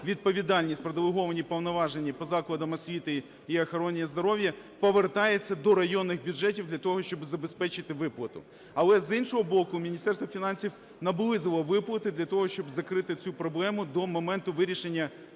відповідальність про делеговані повноваження по закладам освіти і охороні здоров'я, повертаються до районних бюджетів для того, щоб забезпечити виплату. Але, з іншого боку, Міністерство фінансів наблизило виплати для того, щоб закрити цю проблему до моменту вирішення